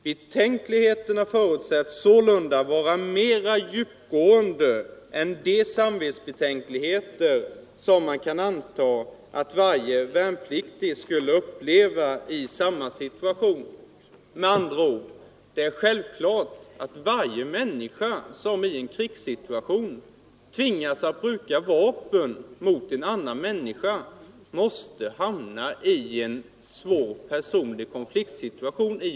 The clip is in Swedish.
Betänkligheterna förutsätts sålunda vara mer djupgående än de samvetsbetänkligheter som man kan anta att varje värnpliktig skulle uppleva i samma situation.” Med andra ord: Det är självklart att varje människa som i en krigssituation tvingas att bruka vapen mot en annan människa, måste hamna i en svår personlig konfliktsituation.